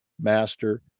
Master